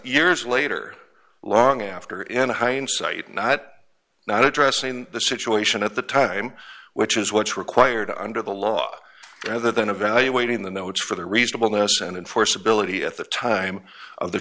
years later long after in hindsight not not addressing the situation at the time which is what's required under the law rather than evaluating the notes for the reasonableness and enforceability at the time of the